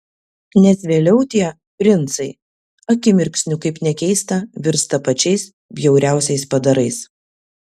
nes vėliau tie princai akimirksniu kaip nekeista virsta pačiais bjauriausiais padarais